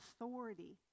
authority